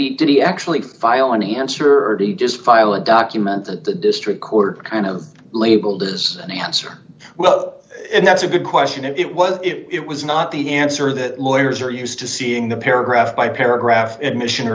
he did he actually file any answer ready just file a document that the district court kind of labeled is an answer well that's a good question it was it was not the answer that lawyers are used to seeing the paragraph by paragraph admission or